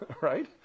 right